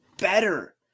better